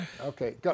Okay